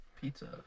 Pizza